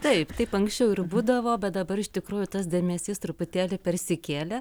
taip taip anksčiau ir būdavo bet dabar iš tikrųjų tas dėmesys truputėlį persikėlė